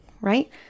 right